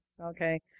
okay